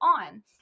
on